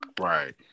Right